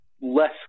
less